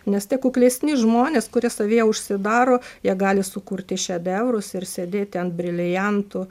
nes tie kuklesni žmonės kurie savyje užsidaro jie gali sukurti šedevrus ir sėdėti ant briliantų